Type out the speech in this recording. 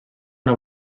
una